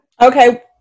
Okay